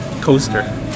coaster